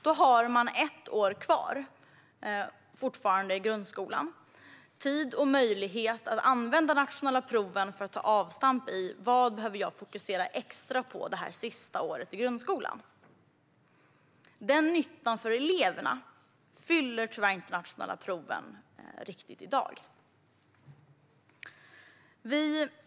Då har man fortfarande ett år kvar i grundskolan och har tid och möjlighet att ta avstamp i de nationella proven för att veta vad man behöver fokusera extra på det sista året i grundskolan. Den nyttan för eleverna fyller tyvärr inte de nationella proven riktigt i dag.